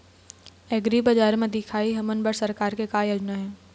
एग्रीबजार म दिखाही हमन बर सरकार के का योजना हे?